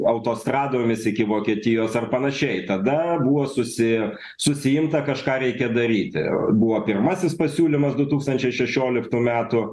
autostradomis iki vokietijos ar panašiai tada buvo susi susiimta kažką reikia daryti buvo pirmasis pasiūlymas du tūkstančiai šešioliktų metų